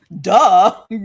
duh